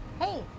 Hey